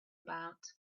about